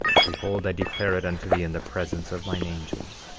behold, i declare it unto thee in the presence of mine angels,